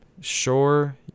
Sure